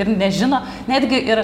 ir nežino netgi ir